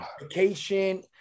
vacation